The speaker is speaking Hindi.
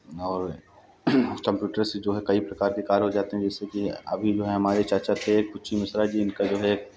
और कम्प्यूटर से जो है कई प्रकार के कार हो जाते हैं जैसे कि अभी जो हैं हमारे चाचा थे कुच्ची मिश्रा जी इनका जो है